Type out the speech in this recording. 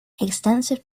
extensive